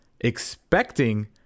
expecting